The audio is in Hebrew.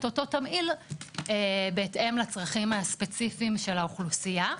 אותו תמהיל בהתאם לצרכים הספציפיים של האוכלוסייה.